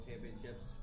championships